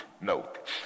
note